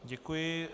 Děkuji.